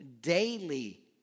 daily